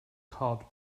cart